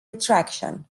attraction